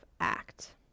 act